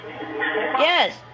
Yes